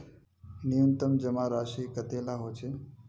न्यूनतम जमा राशि कतेला होचे?